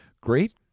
Great